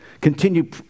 Continue